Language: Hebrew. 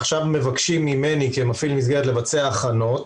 עכשיו מבקשים ממני כמפעיל מסגרת לבצע הכנות